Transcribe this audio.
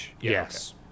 yes